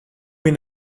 been